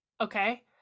Okay